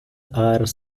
are